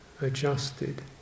adjusted